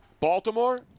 Baltimore